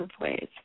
ways